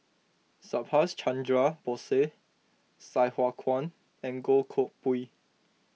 Subhas Chandra Bose Sai Hua Kuan and Goh Koh Pui